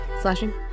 Slashing